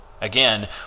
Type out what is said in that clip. Again